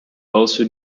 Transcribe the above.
also